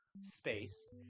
space